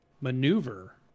maneuver